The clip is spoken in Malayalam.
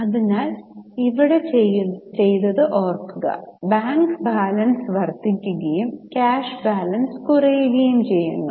അതിനാൽ ഇവിടെ ചെയ്തത് ഓർക്കുക ബാങ്ക് ബാലൻസ് വർദ്ധിക്കുകയും ക്യാഷ് ബാലൻസ് കുറയുകയും ചെയ്യുന്നു